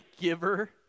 giver